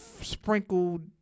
sprinkled